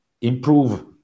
Improve